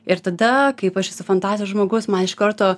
ir tada kaip aš esu fantazijos žmogus man iš karto